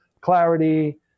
clarity